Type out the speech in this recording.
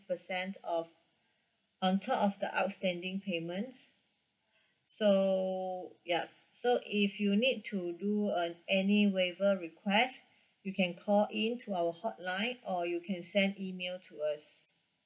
percent of on top of the outstanding payments so ya so if you need to do uh any waiver request you can call in to our hotline or you can send email to us